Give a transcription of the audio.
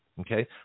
Okay